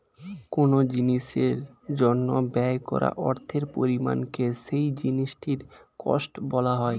কোন জিনিসের জন্য ব্যয় করা অর্থের পরিমাণকে সেই জিনিসটির কস্ট বলা হয়